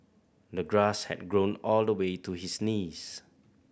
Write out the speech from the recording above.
the grass had grown all the way to his knees